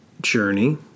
journey